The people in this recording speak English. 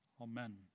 Amen